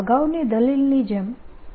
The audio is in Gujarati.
અગાઉની દલીલની જેમ B